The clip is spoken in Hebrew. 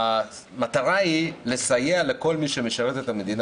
המטרה היא לסייע לכל מי שמשרת את המדינה,